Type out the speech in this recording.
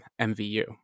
mvu